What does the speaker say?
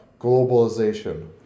globalization